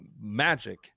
magic